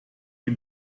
you